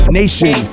nation